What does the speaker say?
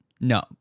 No